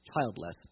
childless